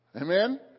Amen